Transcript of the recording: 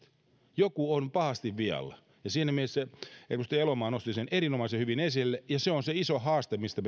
joku on pahasti vialla siinä mielessä edustaja elomaa nosti sen erinomaisen hyvin esille se on se iso haaste mistä